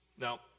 Now